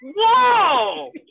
Whoa